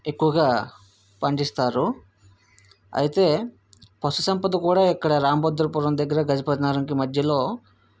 ఎక్కువగా పండిస్తారు అయితే పశు సంపద కూడా ఇక్కడ రాంభద్రపురం దగ్గర గజపతి నగరంకి మధ్యలో